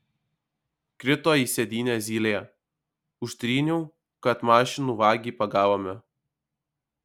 krito į sėdynę zylė užtryniau kad mašinų vagį pagavome